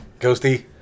Ghosty